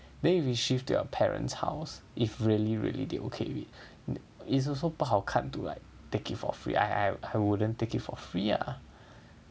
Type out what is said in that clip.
then if we shift to your parents house if really really they okay with it is also 不好看 to like take it for free I I wouldn't take it for free ah